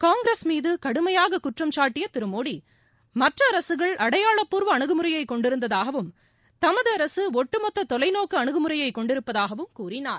காங்கிரஸ் மீது கடுமையாக குற்றம் சாட்டிய திரு மோடி மற்ற அரசுகள் அடையாளபூர்வ அனுகுமுறைய கொண்டிருந்ததாகவும் தமது அரசு ஒட்டுமொத்த தொலைநோக்கு அனுகுமுறைய கொண்டிருப்பதாகவும் கூறினார்